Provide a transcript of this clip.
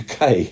uk